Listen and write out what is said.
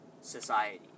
society